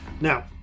now